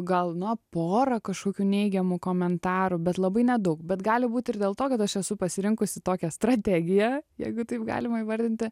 gal no porą kažkokių neigiamų komentarų bet labai nedaug bet gali būt ir dėl to kad aš esu pasirinkusi tokią strategiją jeigu taip galima įvardinti